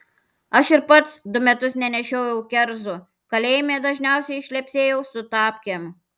aš ir pats du metus nenešiojau kerzų kalėjime dažniausiai šlepsėjau su tapkėm